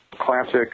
classic